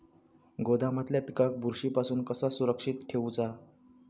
गोदामातल्या पिकाक बुरशी पासून कसा सुरक्षित ठेऊचा?